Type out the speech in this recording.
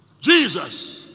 Jesus